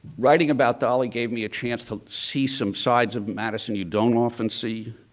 writing about dolley gave me a chance to see some sides of madison you don't often see.